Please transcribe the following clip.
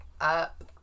up